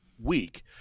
week